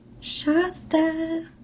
Shasta